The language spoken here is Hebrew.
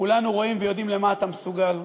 כולנו רואים ויודעים למה אתה מסוגל.